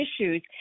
issues